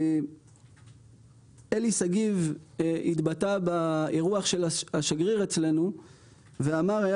אלי שגיב התבטא באירוח של השגריר אצלנו ואמר: היה